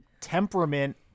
temperament